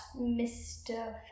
Mr